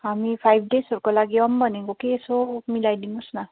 हामी फाइभ डेजहरूको लागि आऊँ भनेको कि यसो मिलाइदिनु होस् न